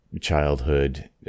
childhood